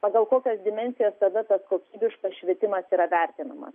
pagal kokias dimensijas tada tas kokybiškas švietimas yra vertinamas